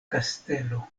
kastelo